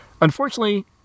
Unfortunately